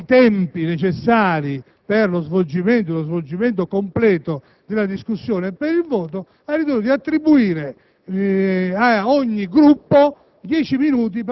nemmeno i tempi necessari per lo svolgimento completo della discussione e per il voto, di attribuire dieci minuti a ogni Gruppo